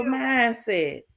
mindset